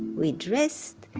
we dressed.